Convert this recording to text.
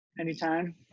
anytime